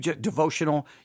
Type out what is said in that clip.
devotional